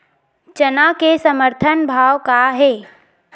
चना के समर्थन भाव का हे?